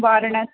वारण्यात